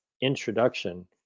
introduction